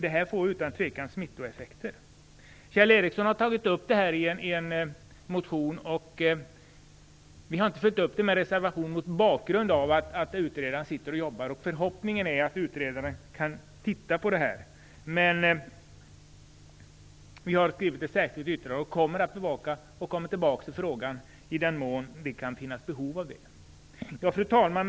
Det får utan tvivel smittoeffekter. Kjell Ericsson har tagit upp detta i en motion. Mot bakgrund av att utredaren arbetar med sådana här frågor har vi inte följt upp motionen med en reservation. Vår förhoppning är att utredaren skall ta upp denna företeelse. Vi har skrivit ett särskilt yttrande och återkommer till frågan i den mån det kan finnas behov av det. Fru talman!